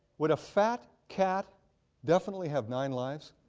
would a fat cat definitely have nine lives?